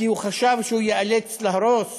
כי הוא חשב שהוא ייאלץ להרוס